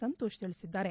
ಸಂತೋಷ್ ತಿಳಿಸಿದ್ದಾರೆ